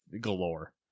galore